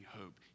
hope